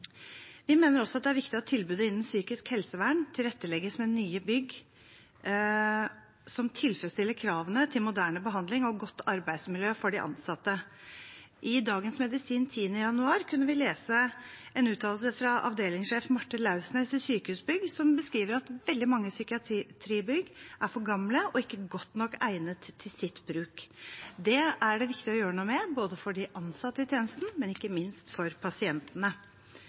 Vi mener også at det er viktig at tilbudet innen psykisk helsevern tilrettelegges med nye bygg som tilfredsstiller kravene til moderne behandling og godt arbeidsmiljø for de ansatte. I Dagens Medisin den 10. januar kunne vi lese en uttalelse fra avdelingssjef Marte Lauvsnes i Sykehusbygg som beskriver at veldig mange psykiatribygg er for gamle og ikke godt nok egnet til sitt bruk. Det er det viktig å gjøre noe med, både for de ansatte i tjenesten og ikke minst for pasientene.